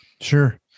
Sure